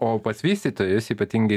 o pats vystytojus ypatingai